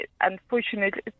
unfortunately